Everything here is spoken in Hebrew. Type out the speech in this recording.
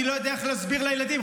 אני לא יודע איך להסביר לילדים.